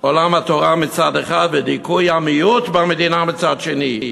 עולם התורה מצד אחד ודיכוי המיעוט במדינה מצד שני,